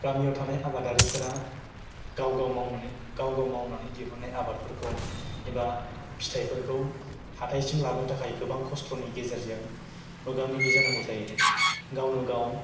गामियाव थानाय आबादारिफोरा गाव गाव मावनानै गाव गाव मावनानै दिहुननाय आबादफोरखौ एबा फिथाइफोरखौ हाथाइसिम लाबोनो थाखाय गोबां खस्थ'नि गेजेरजों मोगा मोगि जानांगौ जायो गावनो गाव